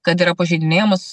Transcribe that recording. kad yra pažeidinėjamas